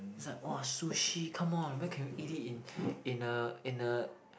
is like !wah! sushi come on where can you eat it in in a in a